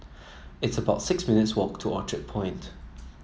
it's about six minutes' walk to Orchard Point